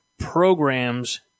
programs